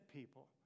people